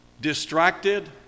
distracted